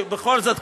כי בכל זאת,